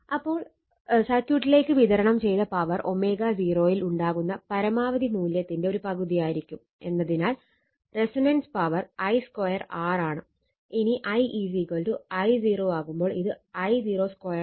അതിനാൽ സർക്യൂട്ടിലേക്ക് വിതരണം ചെയ്ത പവർ ω0 യിൽ ഉണ്ടാകുന്ന പരമാവധി മൂല്യത്തിന്റെ ഒരു പകുതിയായിരിക്കും എന്നതിനാൽ റെസൊണൻസ് പവർ I 2 R ആണ് ഇനി I I0 ആകുമ്പോൾ ഇത് I0 2 R ആവും